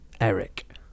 Eric